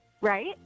right